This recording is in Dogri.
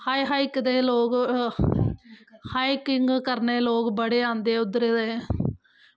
हाइक हाइक दे लोग हाईकिंग करने गी लोग बड़े आंदे उद्धर दे